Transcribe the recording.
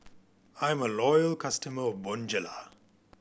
I'm a loyal customer of Bonjela